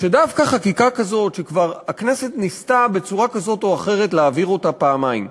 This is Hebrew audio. שדווקא חקיקה כזאת שהכנסת ניסתה בצורה כזאת או אחרת להעביר אותה פעמיים,